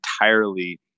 entirely